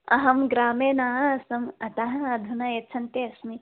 अहं ग्रामे न आसम् अतः अधुना यच्छन्ती अस्मि